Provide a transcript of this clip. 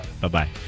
Bye-bye